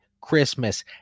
Christmas